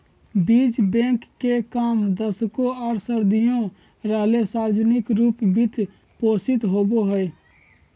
बीज बैंक के काम दशकों आर सदियों रहले सार्वजनिक रूप वित्त पोषित होबे हइ